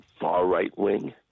far-right-wing